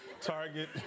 target